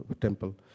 temple